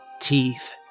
teeth